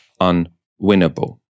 unwinnable